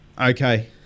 Okay